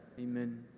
Amen